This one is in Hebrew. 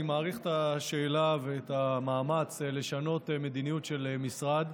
אני מעריך את השאלה ואת המאמץ לשנות מדיניות של משרד.